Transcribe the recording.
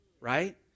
right